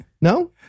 no